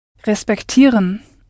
Respektieren